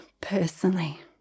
personally